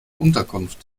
unterkunft